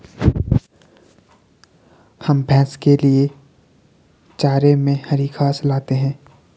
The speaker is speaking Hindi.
हम भैंस के लिए चारे में हरी घास लाते हैं